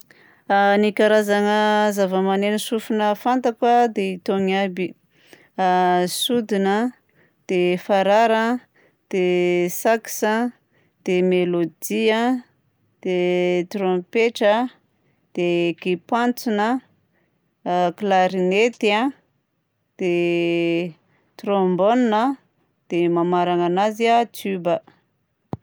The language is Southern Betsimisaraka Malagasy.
Ny karazagna zavamaneno tsofigna fantako a dia itony aby: sodina, dia farara, dia sax a, dia mélodie a, dia trômpetra, dia kipantsona, klarinety, dia thrombone, dia mamaragna anazy a tuba.